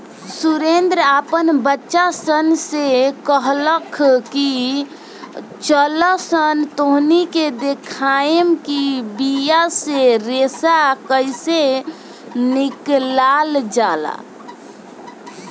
सुरेंद्र आपन बच्चा सन से कहलख की चलऽसन तोहनी के देखाएम कि बिया से रेशा कइसे निकलाल जाला